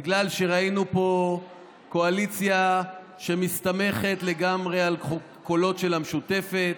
בגלל שראינו פה קואליציה שמסתמכת לגמרי על קולות של המשותפת,